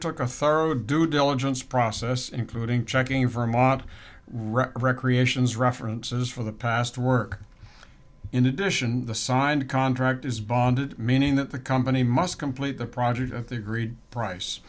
took a thorough due diligence process including checking for mot recreations references for the past work in addition the signed contract is bonded meaning that the company must complete the project of the green price